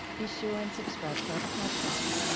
be sure and subscribe to our podcast.